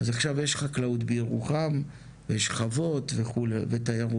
אז עכשיו יש חקלאות בירוחם, יש חוות וכו' ותיירות.